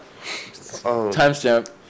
Timestamp